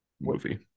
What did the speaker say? movie